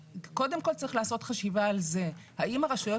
קודם כל צריך לעשות חשיבה על זה האם הרשויות